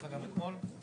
נכון?